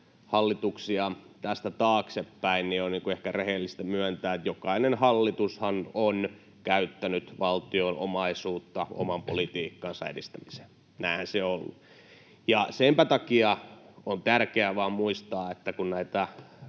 hallituksia tästä taaksepäin, niin on ehkä rehellistä myöntää, että jokainen hallitushan on käyttänyt valtion omaisuutta oman politiikkansa edistämiseen. Näinhän se on ollut, ja senpä takia on tärkeää vain muistaa, että kun tätä